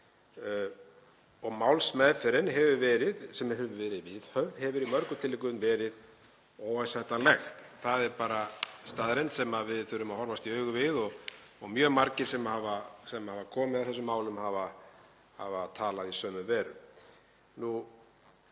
Málsmeðferðin sem hefur verið viðhöfð í mörgum tilvikum verið óásættanleg. Það er bara staðreynd sem við þurfum að horfast í augu við og mjög margir sem hafa komið að þessum málum hafa talað í sömu veru.